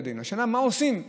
השאלה היא מה עושים למענם.